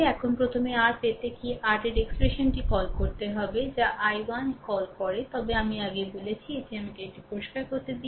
এখন প্রথমে r পেতে কি r এর এক্সপ্রেশনটি কল করতে হবে যা i1 কল করে আমি আগে বলেছি এটি আমাকে এটি পরিষ্কার করতে দিন